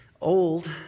old